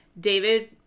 David